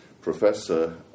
Professor